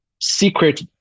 secret